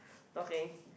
talking